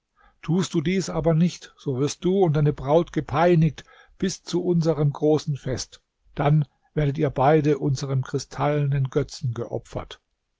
tust du dies aber nicht so wirst du und deine braut gepeinigt bis zu unserem großen fest dann werdet ihr beide unserem kristallenen götzen geopfert